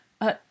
Uh